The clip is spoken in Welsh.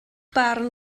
barn